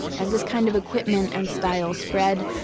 as this kind of equipment and style spread,